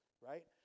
right